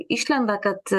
išlenda kad